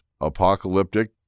apocalyptic